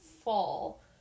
fall